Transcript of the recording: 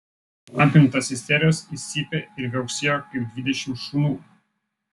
apimtas isterijos jis cypė ir viauksėjo kaip dvidešimt šunų